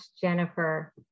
Jennifer